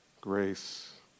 Grace